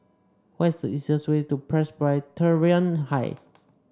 what is the easiest way to Presbyterian High